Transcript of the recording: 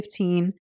15